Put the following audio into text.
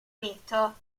unito